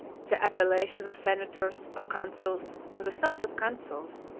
the appellations of senators, of consuls, of the sons of consuls,